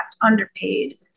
underpaid